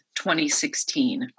2016